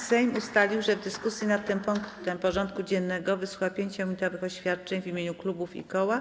Sejm ustalił, że w dyskusji nad tym punktem porządku dziennego wysłucha 5-minutowych oświadczeń w imieniu klubów i koła.